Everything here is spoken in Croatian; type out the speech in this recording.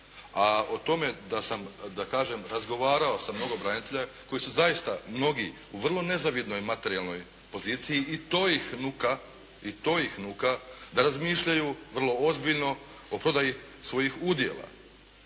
da sam da kažem razgovarao sa mnogo branitelja koji su zaista mnogi u vrlo nezavidnoj materijalnoj poziciji i to ih nuka da razmišljaju vrlo ozbiljno o prodaji svojih udjela.